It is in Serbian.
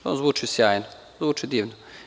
To zvuči sjajno, zvuči divno.